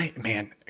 Man